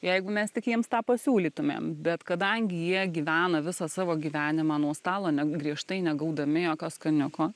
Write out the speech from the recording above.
jeigu mes tik jiems tą pasiūlytumėm bet kadangi jie gyvena visą savo gyvenimą nuo stalo ne griežtai negaudami jokios skaniuko